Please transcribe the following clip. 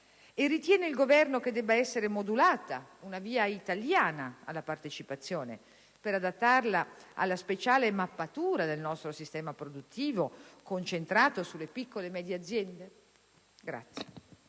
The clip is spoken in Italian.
Ritiene poi il Governo che debba essere modulata una via italiana alla partecipazione, per adattarla alla speciale mappatura del nostro sistema produttivo concentrato sulle piccole e medie aziende?